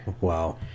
Wow